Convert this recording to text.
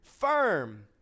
firm